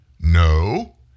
no